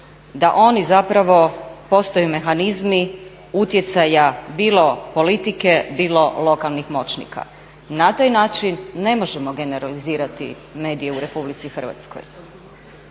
da oni zapravo postaju mehanizmi utjecaja bilo politike, bilo lokalnih moćnika. Na taj način ne možemo generalizirati medije u Republici Hrvatskoj.